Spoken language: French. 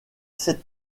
sept